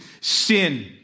sin